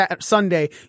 sunday